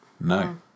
No